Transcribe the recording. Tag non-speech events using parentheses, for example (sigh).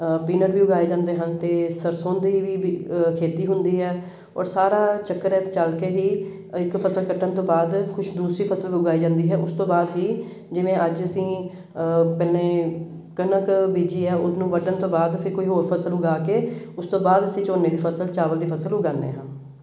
peanut ਵੀ ਉਗਾਏ ਜਾਂਦੇ ਹਨ ਅਤੇ ਸਰਸੋਂ ਦੀ ਵੀ ਖੇਤੀ ਹੁੰਦੀ ਹੈ ਔਰ ਸਾਰਾ ਚੱਕਰ ਏ ਚੱਲ ਕੇ ਹੀ ਇੱਕ ਫਸਲ ਕੱਟਣ ਤੋਂ ਬਾਅਦ ਕੁੁਛ ਦੂਸਰੀ ਫਸਲ ਉਗਾਈ ਜਾਂਦੀ ਹੈ ਉਸ ਤੋਂ ਬਾਅਦ ਹੀ ਜਿਵੇਂ ਅੱਜ ਅਸੀਂ (unintelligible) ਕਣਕ ਬੀਜੀ ਹੈ ਉਹਨੂੂੰ ਵੱਢਣ ਤੋਂ ਬਾਅਦ ਫਿਰ ਕੋਈ ਹੋਰ ਫਸਲ ਉਗਾ ਕੇ ਉਸ ਤੋਂ ਬਾਅਦ ਅਸੀਂ ਝੋਨੇ ਦੀ ਫਸਲ ਚਾਵਲ ਦੀ ਫਸਲ ਉਗਾਉਂਦੇ ਹਾਂ